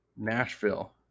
Nashville